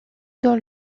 dans